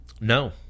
No